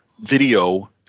video